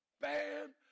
bam